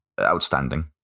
outstanding